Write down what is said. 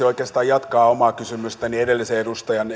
oikeastaan jatkaa omalla kysymykselläni edellisen edustajan